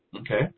Okay